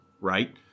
right